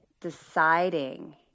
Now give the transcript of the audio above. deciding